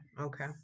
okay